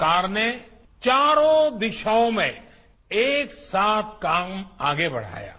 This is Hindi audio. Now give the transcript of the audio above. सरकार ने चारों दिशाओं में एक साथ काम आगे बढ़ाया है